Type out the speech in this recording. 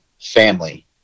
family